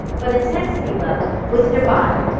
but intensity level with your body.